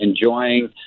enjoying